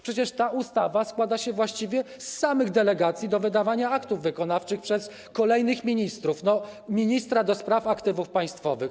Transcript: Przecież ta ustawa składa się właściwie z samych delegacji do wydawania aktów wykonawczych przez kolejnych ministrów, przez ministra do spraw aktywów państwowych.